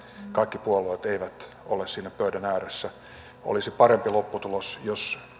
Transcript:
kaikki puolueet eivät ole siinä pöydän ääressä olisi parempi lopputulos jos